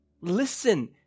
Listen